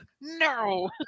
No